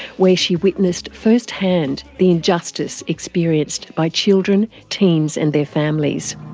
where she witnessed first-hand the injustice experienced by children, teens and their families.